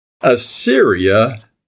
Assyria